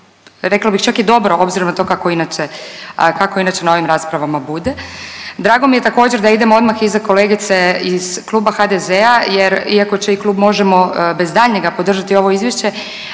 rekla bih čak i dobro obzirom na to kako inače, kako inače na ovim rasprava bude. Drago mi je također da idem odmah iza kolegice iz Kluba HDZ-a jer iako će i Klub Možemo! bez daljnjega podržati ovo izvješće